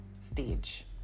stage